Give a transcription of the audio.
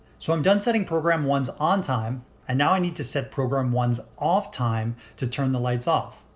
so i'm done setting program one's on time and now i need to set program one's off time to turn the lights off.